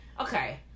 okay